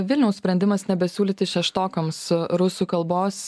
vilniaus sprendimas nebesiūlyti šeštokams rusų kalbos